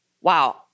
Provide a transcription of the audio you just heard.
wow